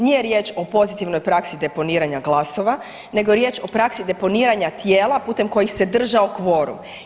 Nije riječ o pozitivnoj praksi deponiranja glasova, nego je riječ o praksi deponiranja tijela putem kojih se držao kvorum.